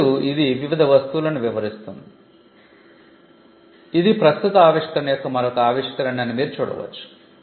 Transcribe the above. ఇప్పుడు ఇది వివిధ వస్తువులను వివరిస్తుంది ఇప్పుడు ఇది ప్రస్తుత ఆవిష్కరణ యొక్క మరొక ఆవిష్కరణ అని మీరు చూడవచ్చు